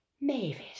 Mavis